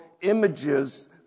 images